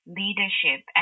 leadership